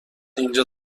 اینجا